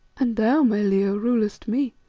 and thou, my leo, rulest me,